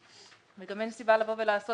גם אין סיבה לבוא ולעשות